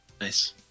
Nice